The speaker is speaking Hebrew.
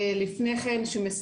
לפני שכן,